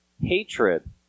hatred